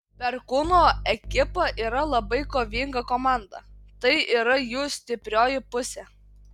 perkūno ekipa yra labai kovinga komanda tai yra jų stiprioji pusė